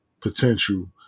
potential